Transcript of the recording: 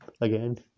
again